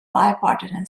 bipartisan